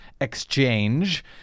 exchange